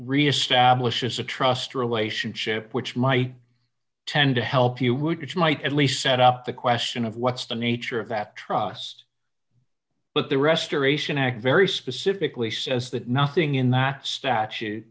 re establishes a trust relationship which might tend to help you would which might at least set up the question of what's the nature of that trust but the restoration act very specifically says that nothing in that statu